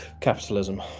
Capitalism